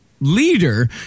leader